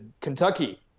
Kentucky